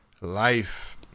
Life